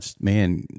Man